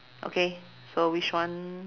okay so which one